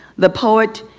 the poet,